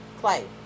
Clay